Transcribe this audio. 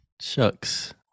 shucks